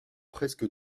presque